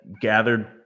gathered